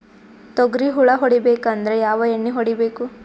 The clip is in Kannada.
ತೊಗ್ರಿ ಹುಳ ಹೊಡಿಬೇಕಂದ್ರ ಯಾವ್ ಎಣ್ಣಿ ಹೊಡಿಬೇಕು?